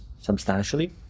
substantially